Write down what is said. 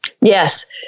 Yes